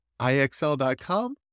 IXL.com